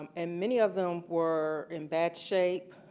and many of them were in bad shape,